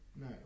No